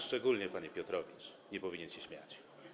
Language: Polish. Szczególnie pan, panie Piotrowicz, nie powinien się śmiać.